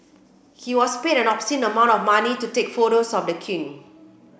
he was paid an obscene amount of money to take photos of the king